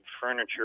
furniture